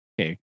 okay